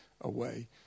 away